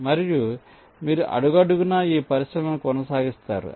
మరియు మీరు అడుగడుగునా ఈ పరిశీలనను కొనసాగిస్తారు